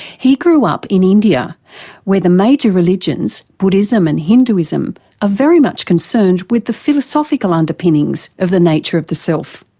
he grew up in india where the major religions buddhism and hinduism are ah very much concerned with the philosophical underpinnings of the nature of the self.